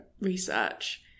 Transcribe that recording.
research